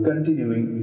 Continuing